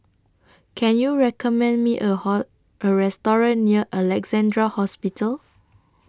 Can YOU recommend Me A Hall A Restaurant near Alexandra Hospital